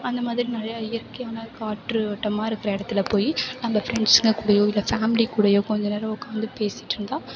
அந்த மாதிரி நிறையா இயற்கை காற்று வட்டமாக இருக்கிற இடத்துல போய் நம்ம பிரண்ட்ஸ்ங்க கூடயோ இல்லை ஃபேமிலி கூடேயோ கொஞ்ச நேரம் உக்காந்து பேசிவிட்டு இருந்தால்